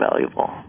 valuable